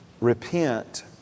repent